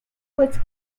was